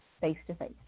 face-to-face